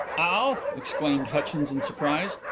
all! exclaimed hutchins in surprise.